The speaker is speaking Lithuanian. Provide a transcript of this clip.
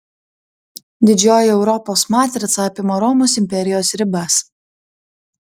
didžioji europos matrica apima romos imperijos ribas